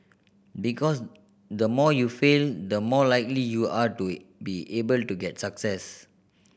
because the more you fail the more likely you are to be able to get success